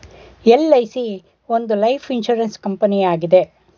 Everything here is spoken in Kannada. ಎಲ್.ಐ.ಸಿ ಒಂದು ಲೈಫ್ ಇನ್ಸೂರೆನ್ಸ್ ಕಂಪನಿಯಾಗಿದೆ